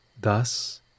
Thus